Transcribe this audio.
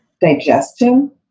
digestion